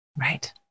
Right